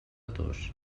tos